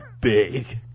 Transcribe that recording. big